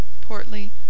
portly